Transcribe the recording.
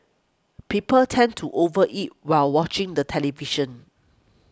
people tend to over eat while watching the television